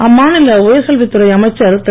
அம்மாநில உயர்கல்வித் துறை அமைச்சர் திரு